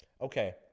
okay